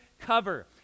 cover